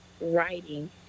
writing